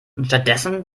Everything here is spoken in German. stattdessen